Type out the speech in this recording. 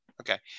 Okay